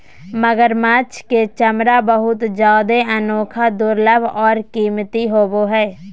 मगरमच्छ के चमरा बहुत जादे अनोखा, दुर्लभ और कीमती होबो हइ